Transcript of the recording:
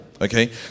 Okay